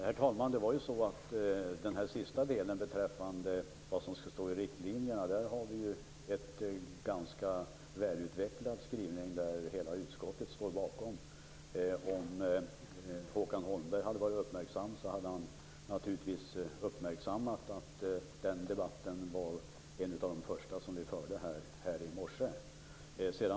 Herr talman! Beträffande vad som skall stå i riktlinjerna har vi ju en ganska välutvecklad skrivning som hela utskottet står bakom. Om Håkan Holmberg hade varit uppmärksam hade han naturligtvis uppmärksammat att den debatten var en av de första som vi förde här i morse.